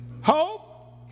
hope